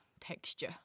texture